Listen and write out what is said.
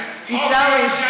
עיסאווי, על